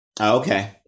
Okay